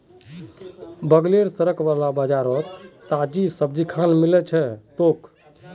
बगलेर सड़क वाला बाजारोत ताजी सब्जिखान मिल जै तोक